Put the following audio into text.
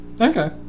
Okay